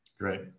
Great